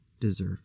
deserve